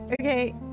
Okay